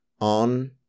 on